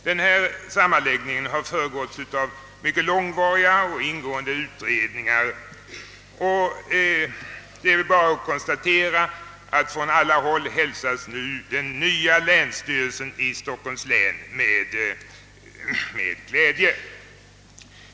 Denna sammanläggning har föregåtts av långvariga och ingående utredningar, och det är i dag att konstatera att den nya länsstyrelsen i Stockholms län från alla håll hälsas med tillfredsställelse.